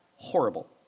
horrible